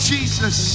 Jesus